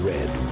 Red